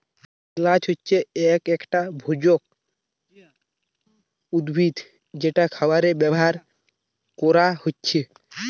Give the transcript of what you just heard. এলাচ হচ্ছে একটা একটা ভেষজ উদ্ভিদ যেটা খাবারে ব্যাভার কোরা হচ্ছে